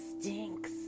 stinks